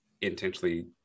intentionally